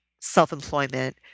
self-employment